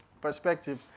Perspective